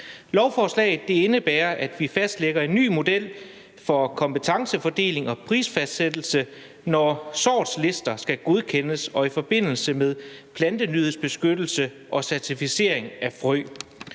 Lovforslaget indebærer, at vi fastlægger en ny model for kompetencefordeling og prisfastsættelse, når sortslister skal godkendes, og i forbindelse med plantenyhedsbeskyttelse og certificering af frø.